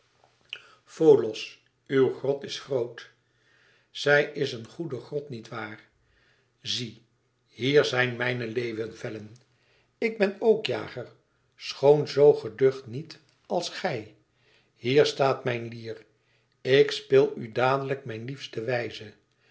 folos uw grot is groot zij is een goede grot niet waar zie hier zijn mijne leeuwevellen ik ben ook jager schoon zoo geducht niet als gij hier staat mijn lier ik speel u dadelijk mijn liefste wijze